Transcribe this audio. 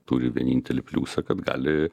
turi vienintelį pliusą kad gali